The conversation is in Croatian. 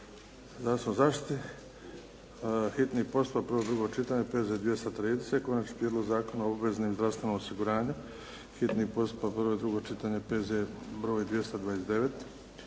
zaštiti, hitni postupak, prvo i drugo čitanje, P.Z. br. 230. Konačni prijedlog Zakona o obveznom zdravstvenom osiguranju, hitni postupak, prvo i drugo čitanje, P.Z. br.